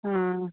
आं